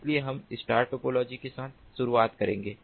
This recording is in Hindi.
इसलिए हम स्टार टोपोलॉजी के साथ शुरुआत करेंगे